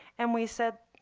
and we said,